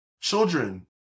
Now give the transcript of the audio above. children